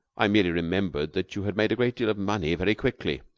i merely remembered that you had made a great deal of money very quickly.